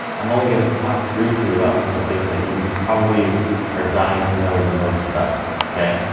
i'm only going to talk briefly about some of the things that you probably are dying to know the most about okay.